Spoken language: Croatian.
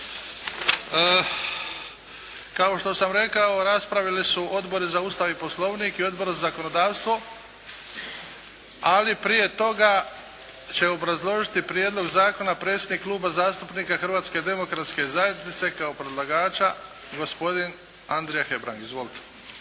Kao što sam rekao, raspravili su Odbori za Ustav i Poslovnik i Odbor za zakonodavstvo, ali prije toga će obrazložiti Prijedlog zakona predsjednik Kluba zastupnika Hrvatske demokratske zajednice kao predlagača gospodin Andrija Hebrang. Izvolite.